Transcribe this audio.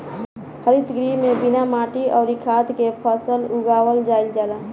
हरित गृह में बिना माटी अउरी खाद के फसल उगावल जाईल जाला